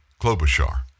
Klobuchar